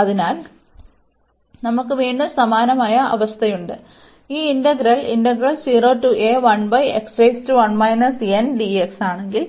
അതിനാൽ നമുക്ക് വീണ്ടും സമാനമായ അവസ്ഥയുണ്ട് ഈ ഇന്റഗ്രൽ ആണെങ്കിൽ